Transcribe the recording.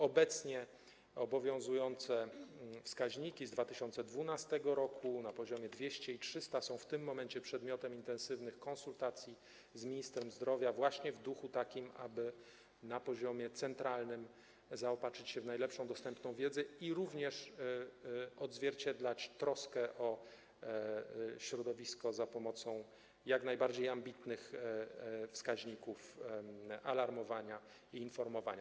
Obecnie obowiązujące wskaźniki z 2012 r. na poziomie 200 i 300 są w tym momencie przedmiotem intensywnych konsultacji z ministrem zdrowia w takim duchu, aby na poziomie centralnym zaopatrzyć się w najlepszą dostępną wiedzę oraz odzwierciedlić troskę o środowisko za pomocą jak najbardziej ambitnych wskaźników alarmowania i informowania.